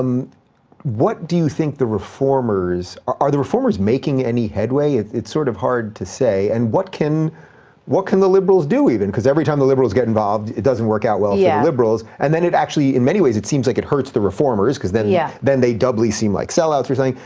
um what do you think the reformers, are the reformers making any headway? it's it's sort of hard to say. and what can what can the liberals do even? cause every time the liberals get involved, it doesn't work out well for the yeah liberals, and then it actually, in many ways, it seems like it hurts the reformers cause then yeah then they doubly seem like sellouts or something.